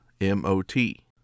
M-O-T